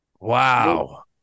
Wow